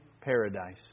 paradise